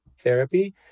therapy